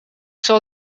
zal